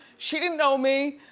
she didn't know me,